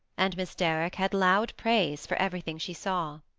and miss derrick had loud praise for everything she saw.